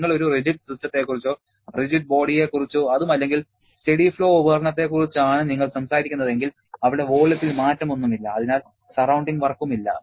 നിങ്ങൾ ഒരു റിജിഡ് സിസ്റ്റത്തെക്കുറിച്ചോ റിജിഡ് ബോഡിയെ കുറിച്ചോ അതുമല്ലെങ്കിൽ സ്റ്റെഡി ഫ്ലോ ഉപകരണത്തെക്കുറിച്ചാണ് നിങ്ങൾ സംസാരിക്കുന്നതെങ്കിൽ അവിടെ വോളിയത്തിൽ മാറ്റമൊന്നുമില്ല അതിനാൽ സറൌണ്ടിങ് വർക്കും ഇല്ല